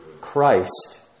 Christ